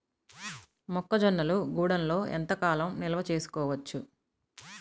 మొక్క జొన్నలు గూడంలో ఎంత కాలం నిల్వ చేసుకోవచ్చు?